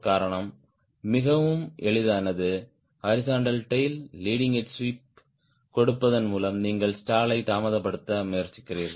காரணம் மிகவும் எளிதானது horizontal tail leading edge sweep கொடுப்பதன் மூலம் நீங்கள் ஸ்டாலை தாமதப்படுத்த முயற்சிக்கிறீர்கள்